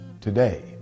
Today